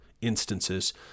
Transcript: instances